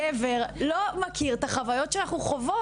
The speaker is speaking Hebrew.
גבר לא מכיר את החוויות שאנחנו חוות.